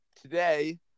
today